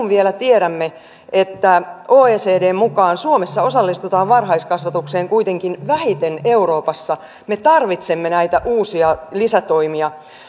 vielä tiedämme että oecdn mukaan suomessa osallistutaan varhaiskasvatukseen kuitenkin vähiten euroopassa me tarvitsemme näitä uusia lisätoimia